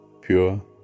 pure